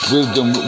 Wisdom